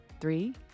Three